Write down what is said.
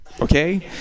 okay